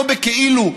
אפילו לא בכאילו,